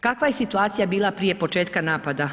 Kakva je situacija bila prije početka napada?